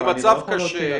כזה ארכאי,